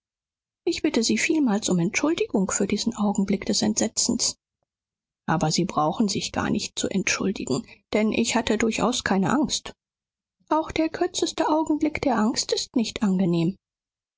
ich bitte sie vielmals um entschuldigung für diesen augenblick des entsetzens aber sie brauchen sich gar nicht zu entschuldigen denn ich hatte durchaus keine angst auch der kürzeste augenblick der angst ist nicht angenehm